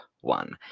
one